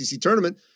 tournament